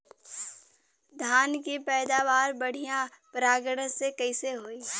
धान की पैदावार बढ़िया परागण से कईसे होई?